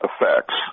effects